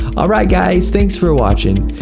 alright guys, thanks for watching.